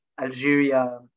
Algeria